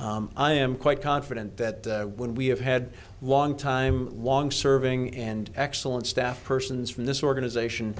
i am quite confident that when we have had a long time long serving and excellent staff persons from this organization